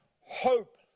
hope